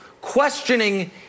questioning